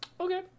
Okay